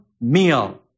meal